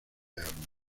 armas